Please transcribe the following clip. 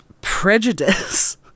prejudice